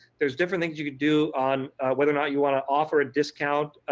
there's different things you can do on whether or not you want to offer ah discount,